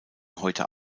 heute